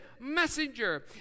messenger